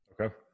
Okay